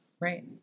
Right